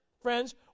friends